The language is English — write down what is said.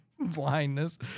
blindness